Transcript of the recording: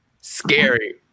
scary